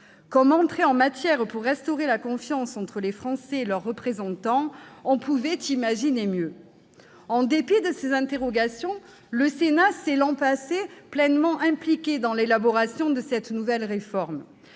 Comme entrée en matière pour restaurer la confiance entre les Français et leurs représentants, on pouvait imaginer mieux ! En dépit de ces interrogations, le Sénat s'est, l'an passé, pleinement impliqué dans l'élaboration de cette nouvelle réforme.